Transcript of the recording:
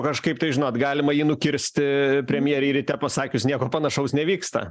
kažkaip tai žinot galima jį nukirsti premjerei ryte pasakius nieko panašaus nevyksta